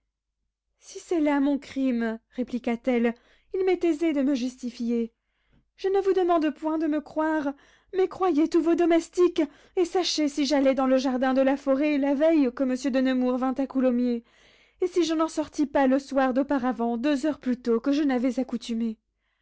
si c'est là mon crime répliqua-t-elle il m'est aisé de me justifier je ne vous demande point de me croire mais croyez tous vos domestiques et sachez si j'allai dans le jardin de la forêt la veille que monsieur de nemours vint à coulommiers et si je n'en sortis pas le soir d'auparavant deux heures plus tôt que je n'avais accoutumé